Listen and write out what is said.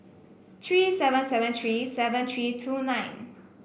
three seven seven three seven three two nine